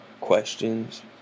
questions